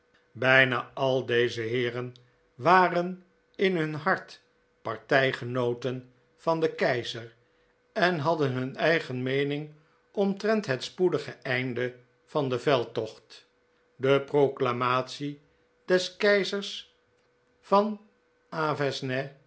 bijna al'deze heeren waren in hun hart partijgenooten van den keizer en hadden hun eigen meening omtrent het spoedige einde van den veldtocht de proclamatie des keizers van